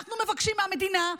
אנחנו מבקשים מהמדינה,